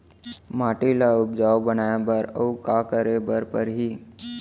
माटी ल उपजाऊ बनाए बर अऊ का करे बर परही?